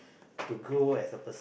to go as a per~